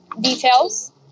details